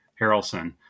Harrelson